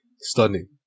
stunning